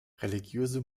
religiöse